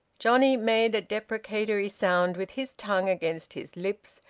johnnie made a deprecatory sound with his tongue against his lips,